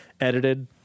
edited